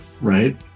right